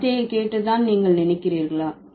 வார்த்தையை கேட்டு தான் நீங்கள் நினைக்கிறீர்களா